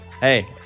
Hey